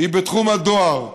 היא בתחום הדואר,